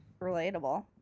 relatable